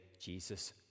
Jesus